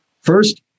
First